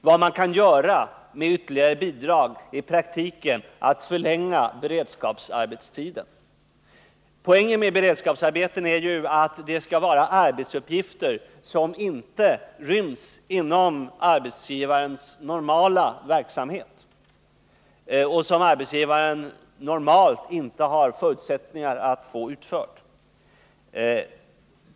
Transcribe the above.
Vad man kan göra med ytterligare bidrag är i praktiken att förlänga beredskapsarbetstiden. Poängen med beredskapsarbete är ju att det skall röra sig om arbetsuppgifter som inte ryms inom arbetsgivarens normala verksamhet och som arbetsgivaren normalt inte har förutsättningar att få utförda.